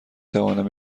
توانم